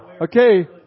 Okay